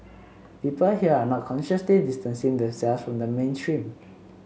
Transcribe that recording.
people here are not consciously distancing themselves from the mainstream